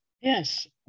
Yes